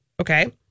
okay